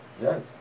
Yes